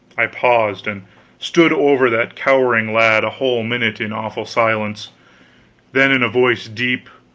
i paused, and stood over that cowering lad a whole minute in awful silence then, in a voice deep,